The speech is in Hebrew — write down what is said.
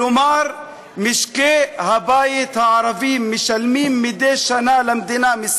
כלומר משקי הבית הערבים משלמים מדי שנה מסים למדינה,